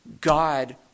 God